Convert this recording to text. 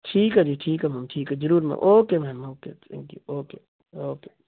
ਠੀਕ ਆ ਜੀ ਠੀਕ ਆ ਮੈਮ ਠੀਕ ਆ ਜ਼ਰੂਰ ma'am okay ma'am okay okay thank you okay okay